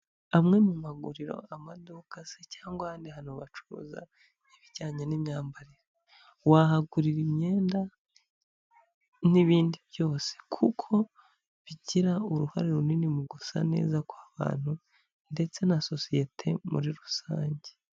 Amwe mu maguriro, amaduka se cyangwa ahandi hantu bacuruza ibijyanye n'imyambarire wahagurira imyenda n'ibindi byose kuko bigira uruhare runini mu gusa neza kw'abantu ndetse na sosiyete muri rusange.